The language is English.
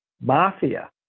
mafia